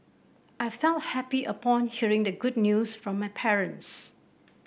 I felt happy upon hearing the good news from my parents